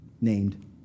named